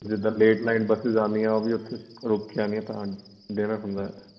ਜਿੱਦਾਂ late night buses ਆਉਂਦੀਆਂ ਉਹ ਵੀ ਉੱਥੇ ਰੁਕ ਜਾਂਦੀਆਂ ਤਾਂ ਡਿਨਰ ਹੁੰਦਾ